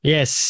Yes